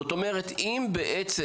זאת אומרת אם בעצם,